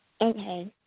Okay